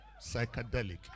psychedelic